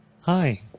Hi